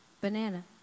banana